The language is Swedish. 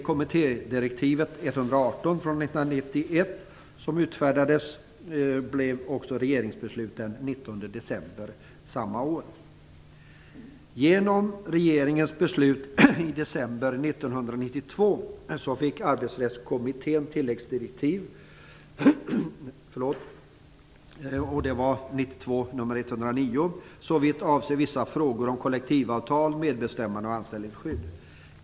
Kommittédirektiv 1991:118 utfärdades också genom ett regeringsbeslut den 19 december samma år. Arbetsrättskommittén ett tilläggsdirektiv, 1992:109, som avsåg vissa frågor om kollektivavtal, medbestämmande och anställningsskydd.